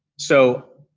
so,